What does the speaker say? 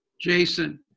Jason